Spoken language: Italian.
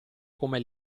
come